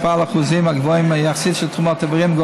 השפעה על האחוזים הגבוהים יחסית של תרומות איברים,